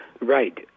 Right